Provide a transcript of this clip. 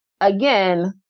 again